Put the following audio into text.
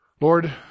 Lord